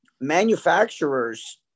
manufacturers